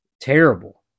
Terrible